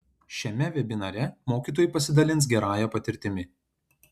šiame vebinare mokytojai pasidalins gerąja patirtimi